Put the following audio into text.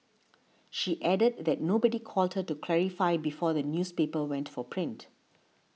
she added that nobody called her to clarify before the newspaper went for print